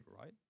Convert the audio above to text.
right